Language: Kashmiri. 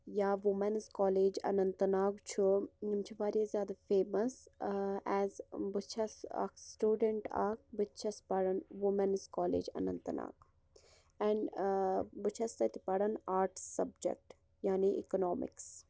یا ووٗمیٚنز کالیج اننت ناگ چھُ یم چھِ واریاہ زیادٕ فیمَس ایز بہٕ چھَس اکھ سٹوڈنٹ اکھ بہٕ تہِ چھَس پران women's college Anant Nag and بہٕ چھَس تتہِ پَڑان آرٹس سَبجَکٹ یعنی اکنامکس